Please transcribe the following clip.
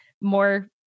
more